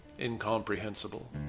Incomprehensible